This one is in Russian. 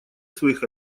своих